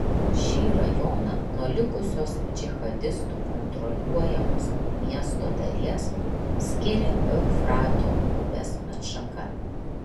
šį rajoną nuo likusios džihadistų kontroliuojamos miesto dalies skiria eufrato upės atšaka